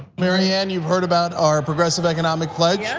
marianne, you've heard about our progressive economic pledge. yes,